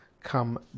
come